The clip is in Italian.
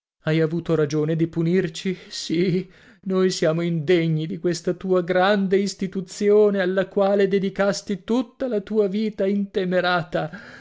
hai avuto ragione di punirci sì noi siamo indegni di questa tua grande istituzione alla quale dedicasti tutta la tua vita intemerata